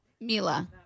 Mila